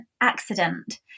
accident